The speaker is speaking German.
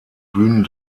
bühnen